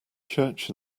church